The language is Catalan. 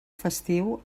festiu